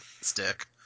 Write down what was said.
stick